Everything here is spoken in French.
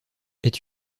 est